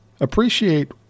appreciate